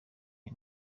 iyi